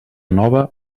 nova